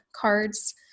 cards